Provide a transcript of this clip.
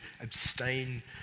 abstain